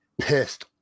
pissed